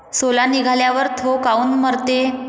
सोला निघाल्यावर थो काऊन मरते?